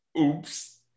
Oops